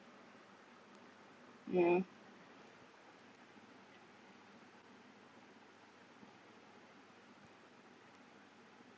yeah